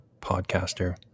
podcaster